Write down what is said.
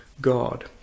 God